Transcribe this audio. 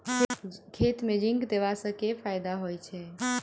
खेत मे जिंक देबा सँ केँ फायदा होइ छैय?